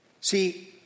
See